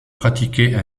pratiquer